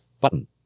button